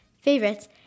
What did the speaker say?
favorites